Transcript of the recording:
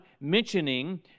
mentioning